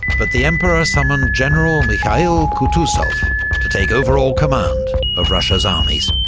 but the emperor summoned general mikhail kutuzov to take overall command of russia's armies.